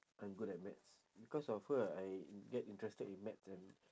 I'm good at maths because of her I get interested in maths and